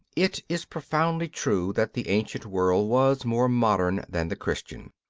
it is profoundly true that the ancient world was more modern than the christian.